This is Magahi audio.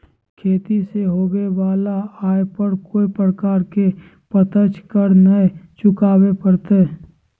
खेती से होबो वला आय पर कोय प्रकार के प्रत्यक्ष कर नय चुकावय परतय